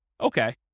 Okay